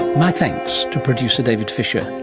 my thanks to producer david fisher,